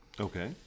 Okay